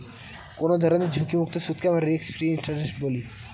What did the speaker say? কোনো ধরনের ঝুঁকিমুক্ত সুদকে আমরা রিস্ক ফ্রি ইন্টারেস্ট বলি